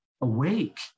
awake